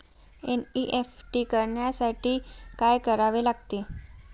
NEFT करण्यासाठी काय करावे लागते?